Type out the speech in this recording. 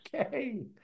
Okay